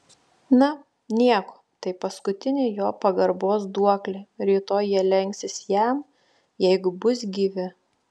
na nieko tai paskutinė jo pagarbos duoklė rytoj jie lenksis jam jeigu bus gyvi